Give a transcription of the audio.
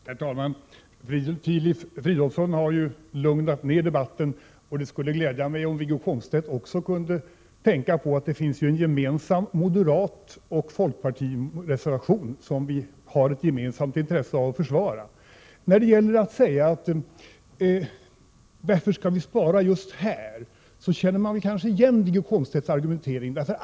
Herr talman! Filip Fridolfsson har ju lugnat ner debatten. Det skulle glädja mig om Wiggo Komstedt tänkte på att det finns en gemensam moderatfolkpartireservation, som vi har ett gemensamt intresse av att försvara. Man kanske känner igen Wiggo Komstedts argumentering här.